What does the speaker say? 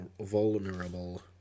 vulnerable